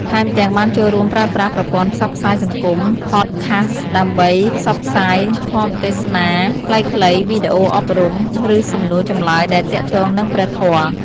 ថែមទាំង បានចូលរូមប្រើប្រាស់ប្រព័ន្ធផ្សព្វផ្សាយសង្គម ផតខាស ដើម្បីផ្សព្វផ្សាយធម្មទេសនាខ្លីៗ វីដេអូអប់រំ ឬសំណួរចម្លើយដែលទាក់ទងនឹងព្រះធម៌។